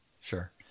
Sure